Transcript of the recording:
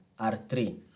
R3